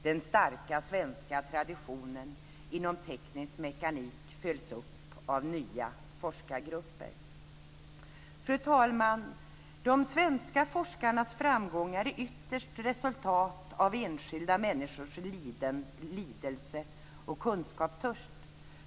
Den starka svenska traditionen inom teknisk mekanik följs upp av nya forskargrupper. Fru talman! De svenska forskarnas framgångar är ytterst ett resultat av enskilda människors lidelse och kunskapstörst.